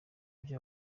byo